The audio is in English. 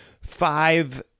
five